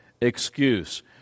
excuse